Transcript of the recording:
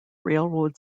railroad